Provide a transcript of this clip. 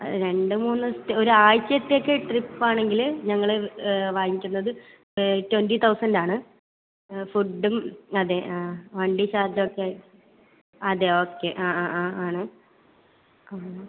ആ രണ്ട് മൂന്ന് ദി ഒരു ആഴ്ചത്തേക്ക് ട്രിപ്പ് ആണെങ്കിൽ ഞങ്ങൾ വാങ്ങിക്കുന്നത് ട്വൻ്റി തൗസൻഡ് ആണ് ഫുഡ്ഡും അതെ ആ വണ്ടി ചാർജൊക്കെ അതെ ഓക്കെ ആ ആ ആ ആണ് ആണ്